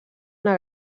una